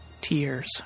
tears